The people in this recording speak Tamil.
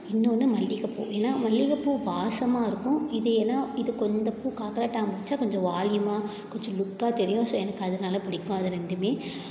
இன்னொன்று மல்லிகைப்பூ ஏன்னா மல்லிகைப்பூ வாசமாக இருக்கும் இது ஏன்னா இது இந்த பூ காக்கரட்டான் வெச்சா கொஞ்சம் வால்யூமாக கொஞ்சம் லுக்காக தெரியும் ஸோ எனக்கு அதனால பிடிக்கும் அது ரெண்டுமே